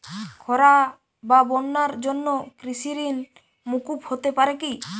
খরা বা বন্যার জন্য কৃষিঋণ মূকুপ হতে পারে কি?